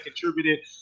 contributed